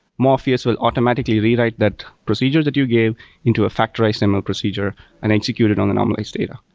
morpheus will automatically rewrite that procedure that you gave into a factorized and ml procedure and execute it on a normalized data.